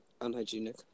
unhygienic